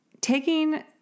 taking